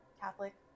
Catholic